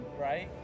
right